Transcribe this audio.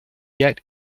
yet